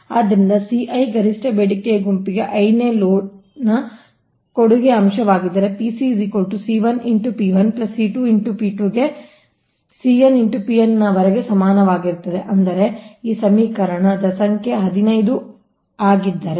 ಆದ್ದರಿಂದ Ci ಗರಿಷ್ಠ ಬೇಡಿಕೆಯ ಗುಂಪಿಗೆ i ನೇ ಲೋಡ್ ನ ಕೊಡುಗೆ ಅಂಶವಾಗಿದ್ದರೆ Pc C1 x P1 C2 x P2 ಗೆ Cn x Pn ವರೆಗೆ ಸಮಾನವಾಗಿರುತ್ತದೆ ಅಂದರೆ ಈ ಸಮೀಕರಣ ಸಂಖ್ಯೆ 15 ಸರಿಯಾಗಿದ್ದರೆ